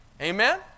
Amen